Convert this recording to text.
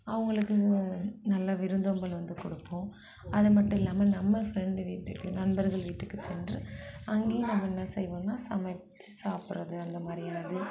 அவங்களுக்கு நல்ல விருந்தோம்பல் வந்து கொடுப்போம் அது மட்டும் இல்லாமல் நம்ம ஃப்ரெண்ட்டு வீட்டுக்கு நண்பர்கள் வீட்டுக்கு சென்று அங்கேயும் நம்ம என்ன செய்வோம்னா சமைச்சி சாப்பிடுறது அந்த மாதிரியான அது